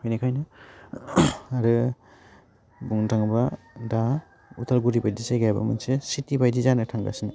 बेनिखाइनो आरो बुंनो थाङोबा दा अदालगुरि बायदि जायगायाबो मोनसे सिटि बायदि जानो थांगासिनो